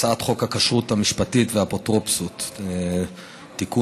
הצעת חוק הכשרות המשפטית והאפוטרופסות (תיקון,